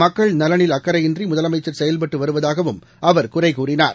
மக்கள் நலனில் அக்கறையின்றிமுதலமைச்சர் செயல்பட்டுவருவதாகவும் அவர் குறைகூறினார்